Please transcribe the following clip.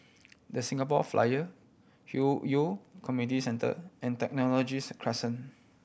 The Singapore Flyer Hwi Yoh Community Centre and Technologies Crescent